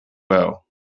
well